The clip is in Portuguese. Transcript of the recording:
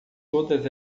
todas